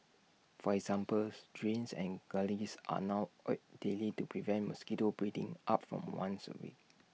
for examples drains and gullies are now oiled daily to prevent mosquito breeding up from once A week